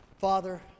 Father